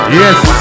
yes